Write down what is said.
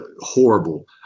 horrible